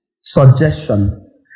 suggestions